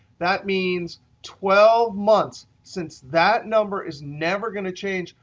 that means twelve months. since that number is never going to change,